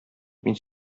мин